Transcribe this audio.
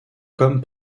comme